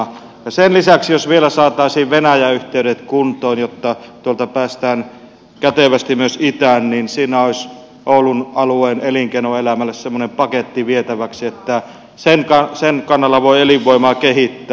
ja sen lisäksi jos vielä saataisiin venäjä yhteydet kuntoon jotta tuolta päästään kätevästi myös itään niin siinä olisi oulun alueen elinkeinoelämälle semmoinen paketti vietäväksi että sen kannalla voi elinvoimaa kehittää